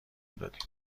دادیم